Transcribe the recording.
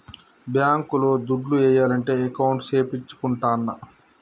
bank లో దుడ్లు ఏయాలంటే అకౌంట్ సేపిచ్చుకుంటాన్న